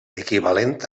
equivalent